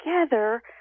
together